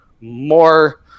more